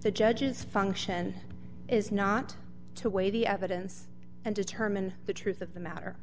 the judge's function is not to weigh the evidence and determine the truth of the matter